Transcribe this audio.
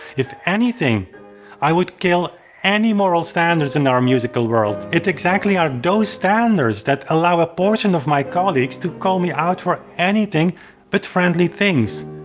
if anything i would kill any moral standards in our music world. it exactly are those standards that allow a portion of my colleagues to call me out for anything but friendly things.